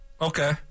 Okay